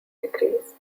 degrees